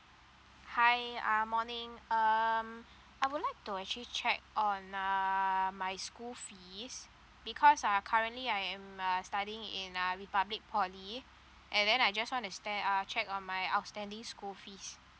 hi uh morning um I would like to actually check on uh my school fees because uh currently I am uh studying in uh republic poly and then I just want to sta~ uh check on my outstanding school fees